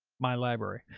my library.